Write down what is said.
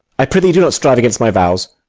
i prithee do not strive against my vows.